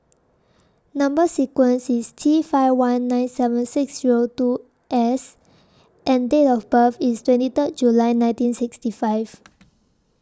Number sequence IS T five one nine seven six Zero two S and Date of birth IS twenty Third July nineteen sixty five